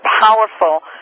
powerful